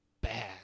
bad